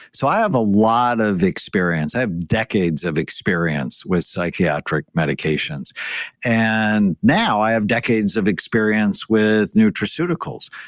so i have a lot of experience. i have decades of experience with psychiatric medications and now, i have decades of experience with nutraceuticals.